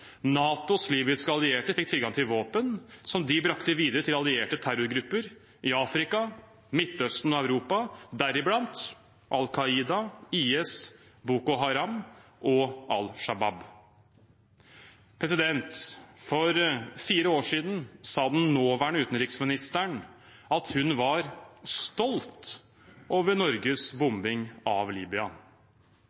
NATOs libyske allierte fikk tilgang til våpen som de brakte videre til allierte terrorgrupper i Afrika, Midtøsten og Europa, deriblant Al Qaida, IS, Boko Haram og Al-Shabaab. For fire år siden sa den nåværende utenriksministeren at hun var stolt over Norges